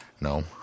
no